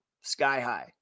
sky-high